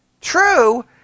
true